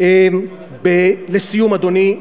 אדוני,